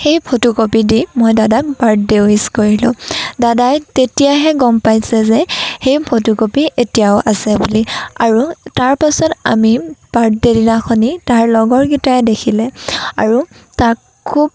সেই ফটোকপি দি মই দাদাক বাৰ্থডে উইচ কৰিলোঁ দাদাই তেতিয়াহে গম পাইছে যে সেই ফটোকপি এতিয়াও আছে বুলি আৰু তাৰ পাছত আমি বাৰ্থডে দিনাখনি তাৰ লগৰকেইটাই দেখিলে আৰু তাক খুব